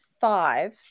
five –